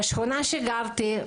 בשכונה שגרתי,